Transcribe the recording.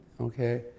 Okay